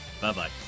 Bye-bye